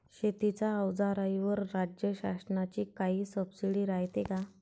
शेतीच्या अवजाराईवर राज्य शासनाची काई सबसीडी रायते का?